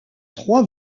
trois